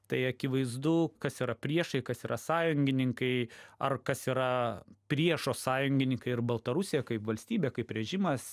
tai akivaizdu kas yra priešai kas yra sąjungininkai ar kas yra priešo sąjungininkai ir baltarusija kaip valstybė kaip režimas